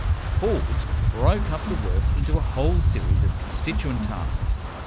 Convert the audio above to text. ford broke up the work into a whole series of constituent tasks,